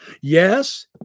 Yes